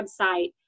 website